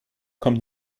kommt